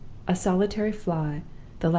a solitary fly,